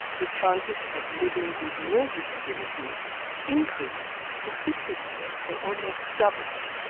the chances of living with no disability increased to fifty percent, so almost doubles.